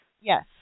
Yes